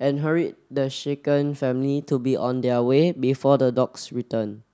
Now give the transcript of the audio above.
and hurried the shaken family to be on their way before the dogs return